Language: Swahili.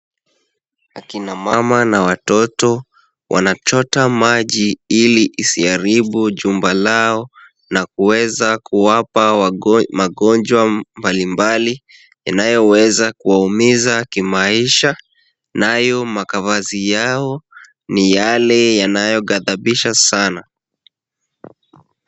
Akina mama na watoto wanachota maji ili isiharibu jumba lao na kuweza kuwapa magonjwa mbalimbali, inayoweza kuwaumiza kimaisha, nayo makavazi yao ni yale yanayogadhabisha sana.